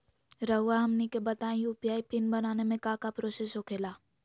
रहुआ हमनी के बताएं यू.पी.आई पिन बनाने में काका प्रोसेस हो खेला?